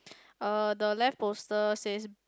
uh the left poster says